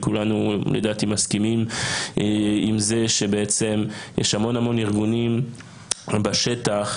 כולנו לדעתי מסכימים עם זה שיש המון ארגונים בשטח.